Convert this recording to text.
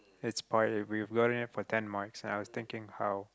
it's part of for ten marks and I was thinking how